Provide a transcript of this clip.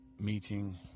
meeting